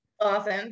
Awesome